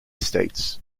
states